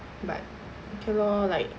but okay lor like